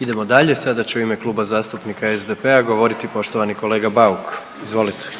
Idemo dalje, sada će u ime Kluba zastupnika SDP-a govoriti poštovani kolega Bauk. Izvolite. **Bauk,